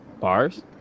Bars